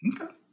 Okay